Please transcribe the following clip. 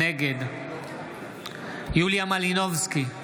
נגד יוליה מלינובסקי,